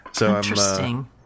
Interesting